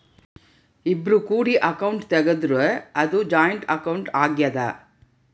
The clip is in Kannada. ಇಬ್ರು ಕೂಡಿ ಅಕೌಂಟ್ ತೆಗುದ್ರ ಅದು ಜಾಯಿಂಟ್ ಅಕೌಂಟ್ ಆಗ್ಯಾದ